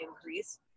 increase